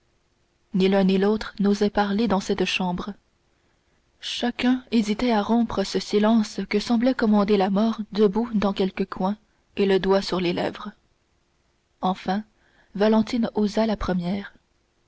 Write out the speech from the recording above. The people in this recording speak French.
ni l'un ni l'autre n'osait parler dans cette chambre chacun hésitait à rompre ce silence que semblait commander la mort debout dans quelque coin et le doigt sur les lèvres enfin valentine osa la première